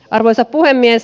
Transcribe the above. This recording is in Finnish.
arvoisa puhemies